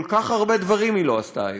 כל כך הרבה דברים היא לא עשתה היום.